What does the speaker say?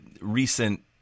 recent